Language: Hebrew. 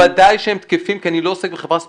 ודאי שהם תקפים כי אני לא עוסק בחברה ספציפית,